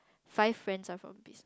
five friends are from